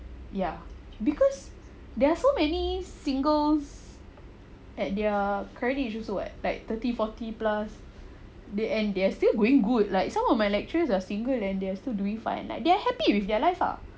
ya because there are so many singles at their credit issues [what] thirty forty plus and they are still going good some of my lecturers are single and they are like still doing fine they are happy with their life ah